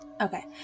Okay